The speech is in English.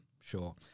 sure